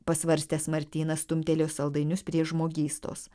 pasvarstęs martynas stumtelėjo saldainius prie žmogystos